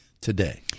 Today